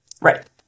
right